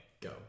go